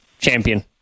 champion